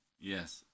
Yes